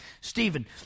Stephen